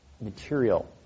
material